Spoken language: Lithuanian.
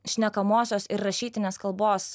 šnekamosios ir rašytinės kalbos